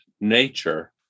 nature